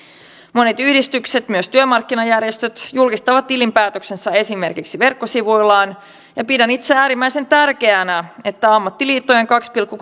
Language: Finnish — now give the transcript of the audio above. monet yhdistykset myös työmarkkinajärjestöt julkistavat tilinpäätöksensä esimerkiksi verkkosivuillaan ja pidän itse äärimmäisen tärkeänä että ammattiliittojen kaksi pilkku